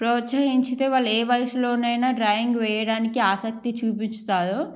ప్రోత్సహించితే వాళ్ళు ఏ వయసులోనైనా డ్రాయింగ్ వేయడానికి ఆసక్తి చూపించుతారు